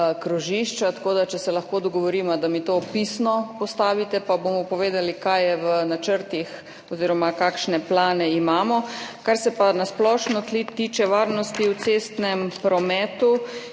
krožišča, tako da če se lahko dogovorimo, da mi to pisno postavite, pa bomo povedali, kaj je v načrtih oziroma kakšne plane imamo. Kar se pa na splošno tiče varnosti v cestnem prometu,